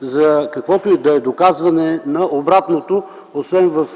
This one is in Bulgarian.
за каквото и да е доказване на обратното, освен в